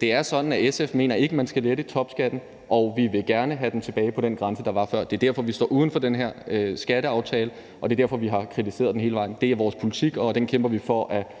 Det er sådan, at SF ikke mener, man skal lette topskatten. Og vi vil gerne have den tilbage på den grænse, der var før. Det er derfor, vi står uden for den her skatteaftale, og det er derfor, vi har kritiseret den hele vejen. Det er vores politik, og vi kæmper for at